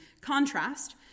contrast